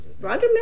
Roger